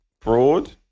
broad